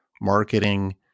marketing